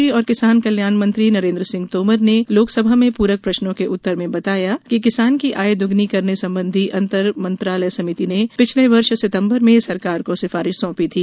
कृषि और किसान कल्याण मंत्री नरेन्द्र सिंह तोमर ने लोकसभा में पूरक प्रश्नों के उत्तर में बताया कि किसान की आय दुगुनी करने संबंधी अंतर मंत्रालय समिति ने पिछले वर्ष सितम्बर में सरकार को सिफारिश सौंपी थी